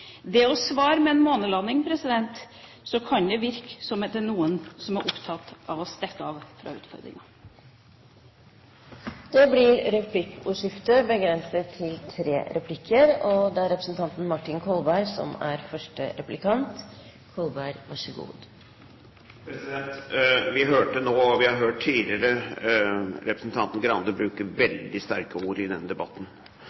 Det å svare med en månelanding kan virke som om det er noen som er opptatt av å stikke av fra utfordringen. Det blir replikkordskifte. Vi hørte nå, og vi har hørt tidligere, at representanten